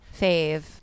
fave